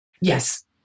Yes